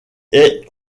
est